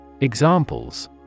Examples